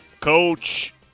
Coach